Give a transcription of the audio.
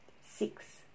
Six